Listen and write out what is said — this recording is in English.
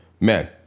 Man